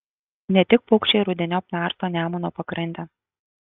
ne tik paukščiai rudeniop narsto nemuno pakrantę